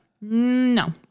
No